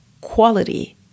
quality